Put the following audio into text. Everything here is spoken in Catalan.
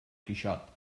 quixot